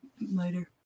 Later